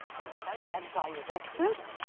in the sense, and directed.